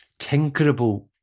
tinkerable